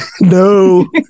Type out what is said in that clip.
No